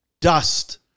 dust